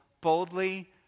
Boldly